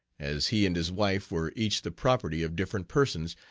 as he and his wife were each the property of different persons,